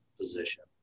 position